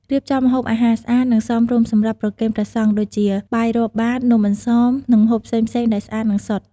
រៀបចំម្ហូបអាហារស្អាត និងសមរម្យសម្រាប់ប្រគេនព្រះសង្ឃ ដូចជា បាយរាប់បាត នំអន្សម និងម្ហូបផ្សេងៗដែលស្អាត និងសុទ្ធ។